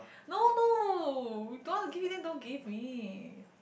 no no don't want to give me then don't give me